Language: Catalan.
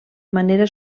manera